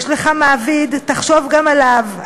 יש לך מעביד, תחשוב גם עליו.